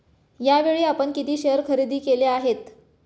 यावेळी आपण किती शेअर खरेदी केले आहेत?